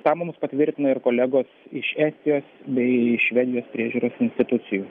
tą mums patvirtina ir kolegos iš estijos bei švedijos priežiūros institucijų